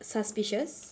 suspicious